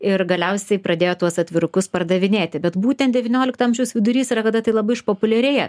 ir galiausiai pradėjo tuos atvirukus pardavinėti bet būtent devyniolikto amžiaus vidurys yra kada tai labai išpopuliarėja